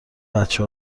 بچه